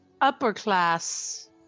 upper-class